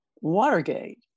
Watergate